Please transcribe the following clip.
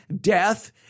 death